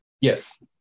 Yes